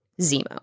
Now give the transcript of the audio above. Zemo